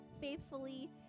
faithfully